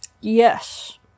Yes